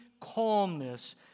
calmness